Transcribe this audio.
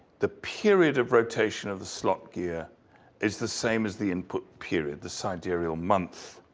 the period of rotation of the slot gear is the same as the input period, the sidereal month,